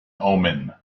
omen